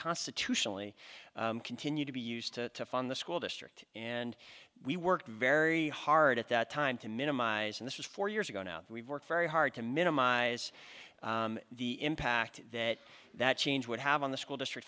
constitutionally continue to be used to fund the school district and we worked very hard at that time to minimize and this was four years ago now that we've worked very hard to minimize the impact that that change would have on the school district